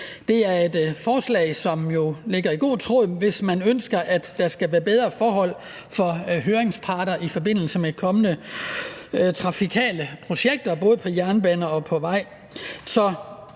Det er et forslag, som ligger i god tråd med, at man ønsker, at der skal være bedre forhold for høringsparter i forbindelse med kommende trafikale projekter, både på jernbane og på vej.